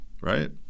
right